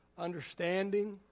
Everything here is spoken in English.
understanding